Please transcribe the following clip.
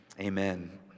Amen